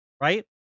right